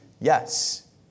yes